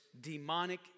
demonic